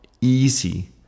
easy